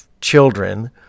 children